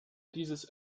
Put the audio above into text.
dieses